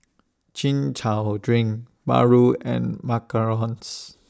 Chin Chow Drink Paru and Macarons